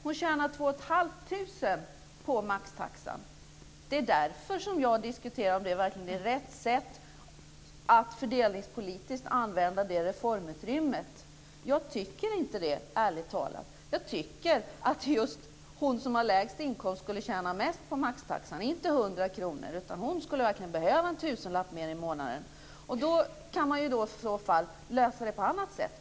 Hon tjänar Det är därför som jag diskuterar om det verkligen fördelningspolitiskt är rätt sätt att använda det reformutrymmet. Jag tycker ärligt talat inte det. Jag tycker att just hon som har lägst inkomst skulle tjäna mest på maxtaxan, inte 100 kr. Hon skulle verkligen behöva en tusenlapp mer i månaden. Man kan lösa det på annat sätt.